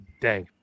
day